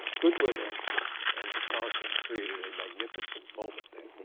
goodwin and and johnson created a magnificent moment then.